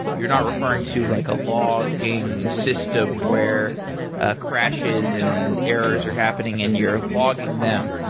you're not referring to like a logging system where ah crashes and errors are happening and you're logging them.